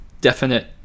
definite